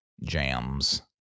jams